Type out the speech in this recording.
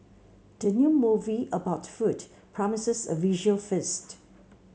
the new movie about food promises a visual feast